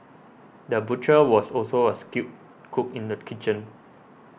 the butcher was also a skilled cook in the kitchen